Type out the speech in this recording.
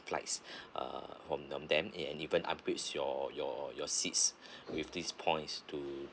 flights uh from from them and even upgrades your your your seats with these points to